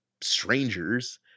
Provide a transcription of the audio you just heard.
strangers